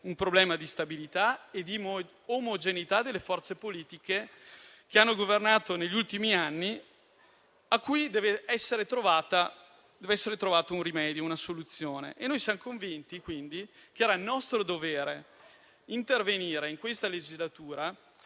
un problema di stabilità ed omogeneità delle forze politiche che hanno governato negli ultimi anni, a cui deve essere trovato un rimedio, una soluzione. Noi siamo convinti che fosse nostro dovere intervenire in questa legislatura